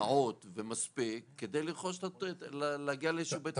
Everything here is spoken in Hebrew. נאות ומספיק כדי להגיע לאיזה בית מרקחת,